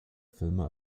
filme